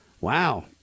wow